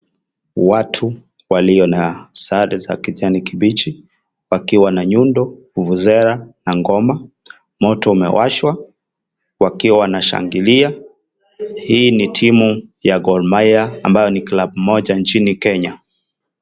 Watu walio na sare za kijani kibichi wakiwa na nyundo fuvuzela na moto imewashwa wakiwa wanashangilia huu ni timu ya Gor rmahia ambayo ni timu moja nchini Kenya.